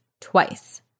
Twice